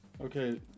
Okay